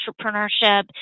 entrepreneurship